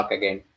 again